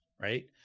right